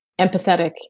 empathetic